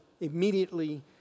Immediately